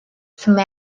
some